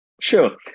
sure